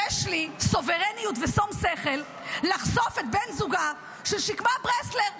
יש לי סוברניות ושום שכל לחשוף את בן זוגה של שקמה ברסלר,